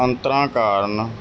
ਅੰਤਰਾਂ ਕਾਰਨ